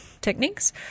techniques